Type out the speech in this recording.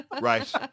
right